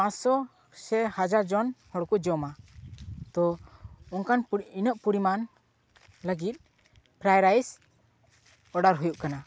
ᱯᱟᱥᱥᱳ ᱥᱮ ᱦᱟᱡᱟᱨ ᱡᱚᱱ ᱦᱚᱲ ᱠᱚ ᱡᱚᱢᱟ ᱛᱚ ᱚᱱᱠᱟᱱ ᱯᱚᱨᱤ ᱤᱱᱟᱹᱜ ᱯᱚᱨᱤᱢᱟᱱ ᱞᱟᱹᱜᱤᱫ ᱯᱷᱨᱟᱭ ᱨᱟᱭᱤᱥ ᱚᱰᱟᱨ ᱦᱩᱭᱩᱜ ᱠᱟᱱᱟ